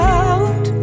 out